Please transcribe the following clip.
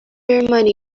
money